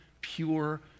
pure